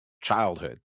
childhood